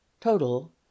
Total